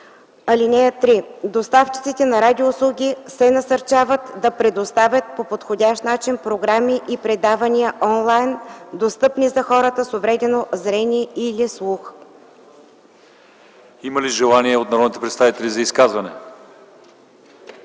слух. (3) Доставчиците на радиоуслуги се насърчават да предоставят по подходящ начин програми и предавания онлайн, достъпни за хората с увредено зрение или слух.” ПРЕДСЕДАТЕЛ ЛЪЧЕЗАР ИВАНОВ: Има ли желание от народните представители за изказване?